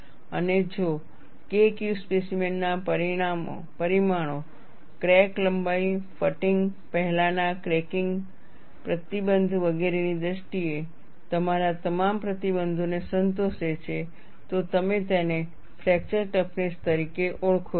અને જો K Q સ્પેસીમેનના પરિમાણો ક્રેક લંબાઈ ફટીગ પહેલાના ક્રેકીંગ પ્રતિબંધ વગેરેની દ્રષ્ટિએ તમારા તમામ પ્રતિબંધોને સંતોષે છે તો તમે તેને ફ્રેક્ચર ટફનેસ તરીકે ઓળખો છો